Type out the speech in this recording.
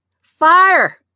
Fire